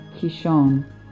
Kishon